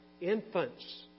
infants